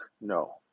No